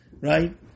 right